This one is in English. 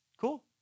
Cool